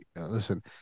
listen